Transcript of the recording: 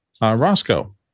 Roscoe